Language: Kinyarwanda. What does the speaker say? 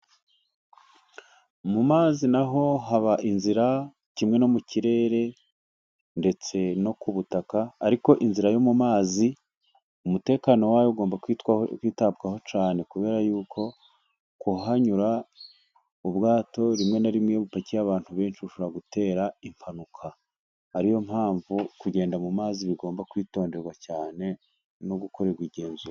Mu mazi naho haba inzira kimwe no mu kirere ndetse no ku butaka, ariko inzira yo mu mazi umutekano wayo ugomba kwitwaho ukitabwaho cyane kubera ko kuhanyura ubwato rimwe na rimwe bupakiye abantu benshi buba bushobora gutera impanuka ariyo mpamvu kugenda mu mazi bigomba kwitonderwa cyane no gukorerwa igenzura.